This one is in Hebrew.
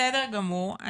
בסדר גמור.